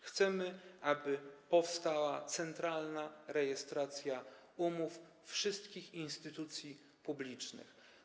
Chcemy, aby powstał centralny rejestr umów wszystkich instytucji publicznych.